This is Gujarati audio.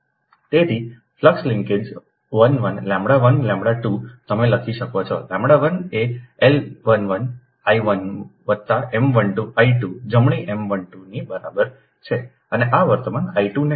તેથી ફ્લક્સ લિન્કેજ 11λ1λ2 તમે લખી શકો છોλ1 એ L 11 I 1 વત્તા M 12 I2 જમણી M 12 ની બરાબર છે અને આ વર્તમાન I 2 ને કારણે છે